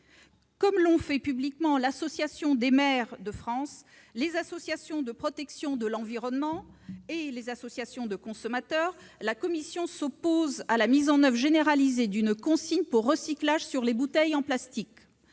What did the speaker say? Comme l'ont fait publiquement l'Association des maires de France, les associations de protection de l'environnement et les associations de consommateurs, la commission s'oppose à la mise en oeuvre généralisée d'une consigne pour recyclage sur les bouteilles en plastique.